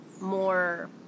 more